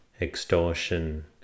extortion